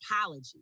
apology